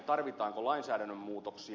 tarvitaanko lainsäädännön muutoksia